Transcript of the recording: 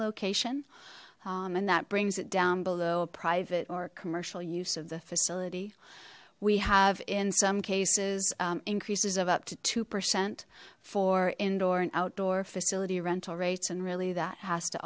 location and that brings it down below private or commercial use of the facility we have in some cases increases of up to two percent for indoor and outdoor facility rental rates and really that has to